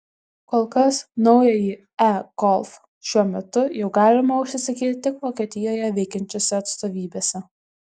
kol kas naująjį e golf šiuo metu jau galima užsisakyti tik vokietijoje veikiančiose atstovybėse